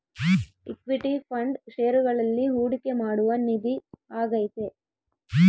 equity fund ಷೇರುಗಳಲ್ಲಿ ಹೂಡಿಕೆ ಮಾಡುವ ನಿಧಿ ಆಗೈತೆ